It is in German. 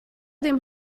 dem